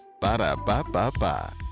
Ba-da-ba-ba-ba